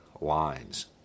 lines